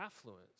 affluence